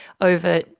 over